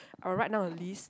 I'll write down a list